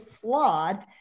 flawed